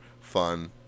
fun